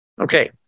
Okay